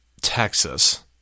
Texas